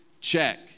check